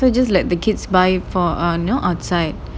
so just let the kids by four or no outside